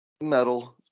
Metal